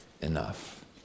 enough